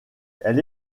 elle